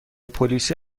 پلیسی